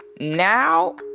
Now